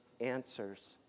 answers